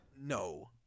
No